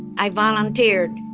i volunteered.